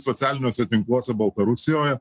socialiniuose tinkluose baltarusijoje